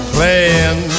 Playing